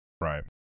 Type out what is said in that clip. Right